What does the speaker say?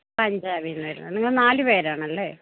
പഞാബില്നിന്നു വരുന്നു നിങ്ങള് നാലു പേരാണല്ലേ